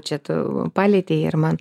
čia tu palietei ir man